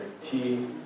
tea